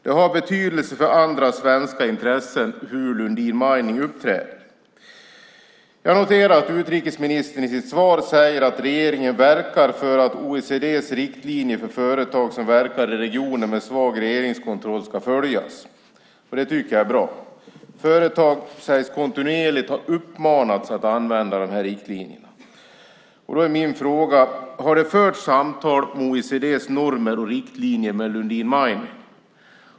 Det har betydelse för andra svenska intressen hur Lundin Mining uppträder. Jag noterar att utrikesministern i sitt svar säger att regeringen verkar för att OECD:s riktlinjer för företag som verkar i regioner med svag regeringskontroll ska följas, och det tycker jag är bra. Företag sägs kontinuerligt ha uppmanats att använda de här riktlinjerna. Då är min fråga: Har det förts samtal om OECD:s normer och riktlinjer med Lundin Mining?